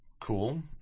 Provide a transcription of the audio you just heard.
Cool